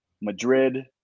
madrid